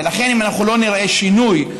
ולכן אם אנחנו לא נראה שינוי,